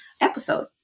episode